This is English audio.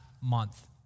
month